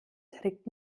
trägt